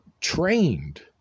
trained